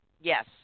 Yes